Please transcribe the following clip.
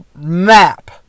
map